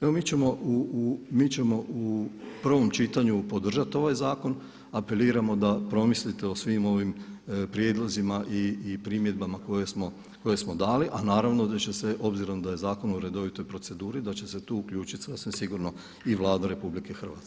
Evo mi ćemo u prvom čitanju podržati ovaj zakon, apeliramo da promislite o svim ovim prijedlozima i primjedbama koje smo dali, a naravno da će se obzirom da je zakon u redovitoj proceduri da će se tu uključiti sasvim sigurno i Vlada Republike Hrvatske.